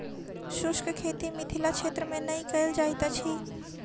शुष्क खेती मिथिला क्षेत्र मे नै कयल जाइत अछि